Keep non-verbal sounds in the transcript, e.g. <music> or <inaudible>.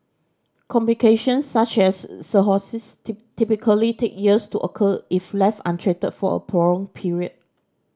complications such as cirrhosis <unintelligible> typically take years to occur if left untreated for a prolonged period